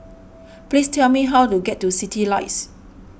please tell me how to get to Citylights